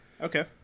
okay